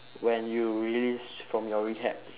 when you release from your rehab